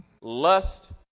lust